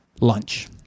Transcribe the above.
lunch